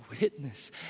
witness